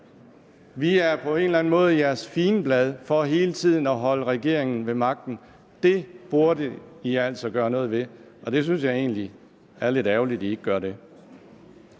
Vi er på en eller anden måde jeres figenblad for hele tiden at holde regeringen ved magten. Det burde Enhedslisten altså gøre noget ved, og jeg synes egentlig, det er lidt ærgerligt, at Enhedslisten ikke gør det.